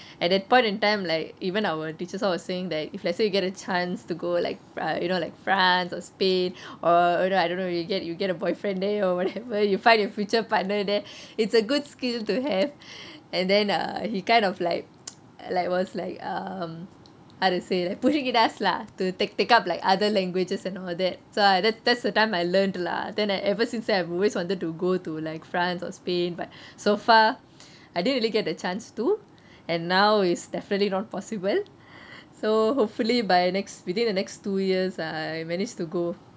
at that point in time like even our teachers all were saying that if let's say you get a chance to go like err you know like france or spain or you know I don't know you get you get a boyfriend there or whatever you find your future partner there it's a good skill to have and then err he kind of like like was like um how to say like pushing it us lah to take take up like other languages and all that so that's that's the time I learnt lah then uh ever since I have always wanted to go to like france or spain but so far I didn't really get the chance to and now is definitely not possible so hopefully by next within the next two years err I manage to go